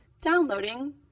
downloading